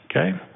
Okay